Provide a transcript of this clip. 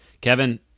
kevin